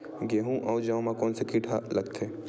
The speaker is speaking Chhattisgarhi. गेहूं अउ जौ मा कोन से कीट हा लगथे?